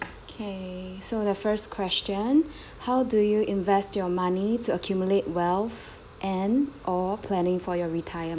okay so the first question how do you invest your money to accumulate wealth and or planning for your retirement